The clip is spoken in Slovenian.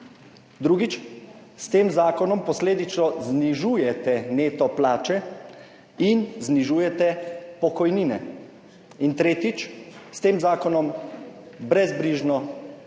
Drugič: s tem zakonom posledično znižujete neto plače in znižujete pokojnine. In tretjič: s tem zakonom brezbrižno